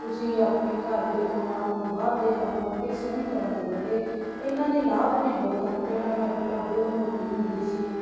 ਤੁਸੀਂ ਆਪਣੇ ਘਰ ਦੇ ਕੰਮਾਂ ਨੂੰ ਬਾਹਰ ਦੇ ਕੰਮਾਂ ਨੂੰ ਬੜੀ ਸੋਹਣੀ ਤਰ੍ਹਾਂ ਕਰੋਗੇ ਇਹਨਾਂ ਦੇ ਲਾਭ ਵੀ ਬਹੁਤ ਹਨ ਪਹਿਲਾਂ ਮੈਂ ਪਹਿਲਾਂ ਬਹੁਤ ਮੋਟੀ ਹੁੰਦੀ ਸੀ